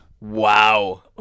Wow